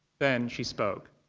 then she spoke.